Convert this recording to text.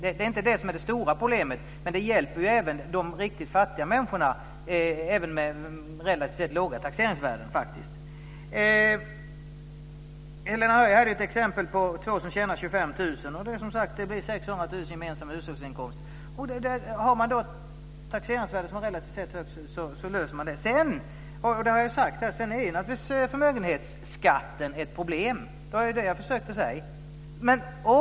Det är inte det som är det stora problemet. Men det hjälper även de riktigt fattiga människorna med relativt sett låga taxeringsvärden. Helena Höij hade ett exempel på två som tjänar 25 000 kr. Det blir som sagt 600 000 kr i gemensam hushållsinkomst. Har man då ett taxeringsvärde som relativt sett är högt så löser man det. Sedan - och det har jag sagt här - är naturligtvis förmögenhetsskatten ett problem. Det var det jag försökte säga.